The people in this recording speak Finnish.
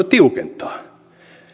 tiukentaa